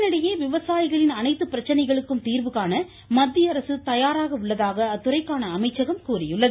இதனிடையே விவசாயிகளின் அனைத்து பிரச்சினைகளுக்கும் தீர்வுகாண மத்தியஅரசு தயாராக உள்ளதாக அத்துறைக்கான அமைச்சகம் தெரிவித்துள்ளது